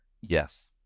Yes